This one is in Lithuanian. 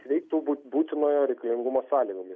veiktų bū būtinojo reikalingumo sąlygomis